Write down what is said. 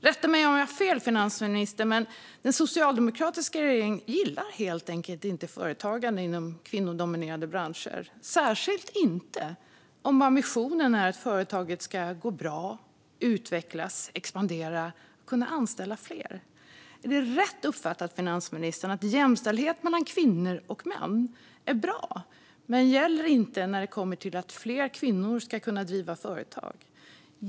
Rätta mig om jag har fel, finansministern, men den socialdemokratiska regeringen gillar helt enkelt inte företagande inom kvinnodominerade branscher, särskilt inte om ambitionen är att företaget ska gå bra, utvecklas, expandera och anställa fler. Är det rätt uppfattat, finansministern, att jämställdhet mellan kvinnor och män är bra men att det inte gäller när det kommer till att fler kvinnor ska kunna driva företag?